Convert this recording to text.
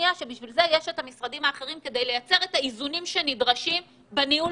לשם כך יש את המשרדים האחרים שנדרשים לניהול